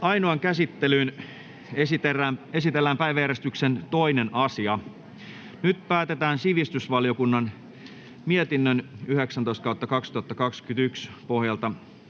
Ainoaan käsittelyyn esitellään päiväjärjestyksen 2. asia. Nyt päätetään sivistysvaliokunnan mietinnön SiVM 19/2021 vp pohjalta